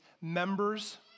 members